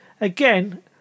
Again